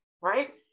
right